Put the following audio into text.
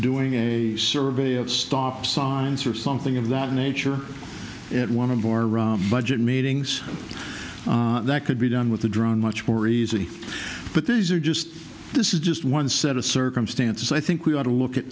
doing a survey of stop science or something of that nature at one of our budget meetings that could be done with the drone much more easy but these are just this is just one set of circumstances i think we ought to look at